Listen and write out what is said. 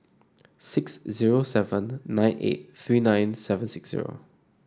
six zero seven nine eight three nine seven six zero